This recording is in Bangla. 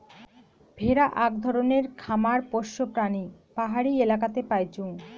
ভেড়া আক ধরণের খামার পোষ্য প্রাণী পাহাড়ি এলাকাতে পাইচুঙ